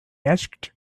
asked